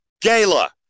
Gala